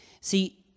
See